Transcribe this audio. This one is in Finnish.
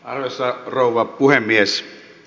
arvoisa rouva puhemies